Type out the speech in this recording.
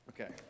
Okay